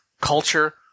culture